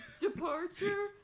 Departure